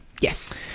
Yes